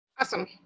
awesome